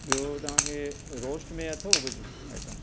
ॿियो तव्हांखे रोस्ट में अथव कुझु आइटम